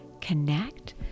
connect